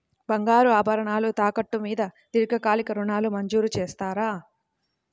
బంగారు ఆభరణాలు తాకట్టు మీద దీర్ఘకాలిక ఋణాలు మంజూరు చేస్తారా?